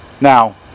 Now